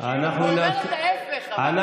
אומר את ההפך, אבל.